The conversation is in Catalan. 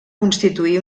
constituir